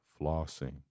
flossing